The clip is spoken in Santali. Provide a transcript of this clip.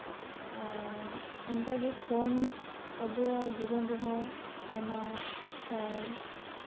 ᱚᱱᱠᱟ ᱜᱮ ᱯᱷᱳᱩᱱ ᱟᱵᱚᱣᱟᱜ ᱡᱤᱵᱚᱱ ᱨᱮᱦᱚᱸ ᱟᱭᱢᱟ